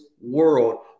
world